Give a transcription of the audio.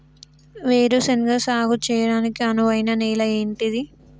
వేరు శనగ సాగు చేయడానికి అనువైన నేల ఏంటిది?